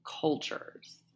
cultures